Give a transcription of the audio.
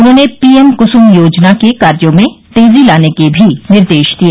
उन्होंने पीएम कुसुम योजना के कार्यो में तेजी लाने के भी निर्देश दिये